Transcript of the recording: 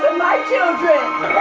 my children